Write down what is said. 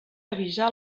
avisar